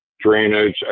drainage